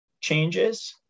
changes